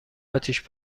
اتیش